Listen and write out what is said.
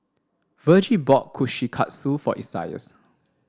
Virgie bought Kushikatsu for Isaias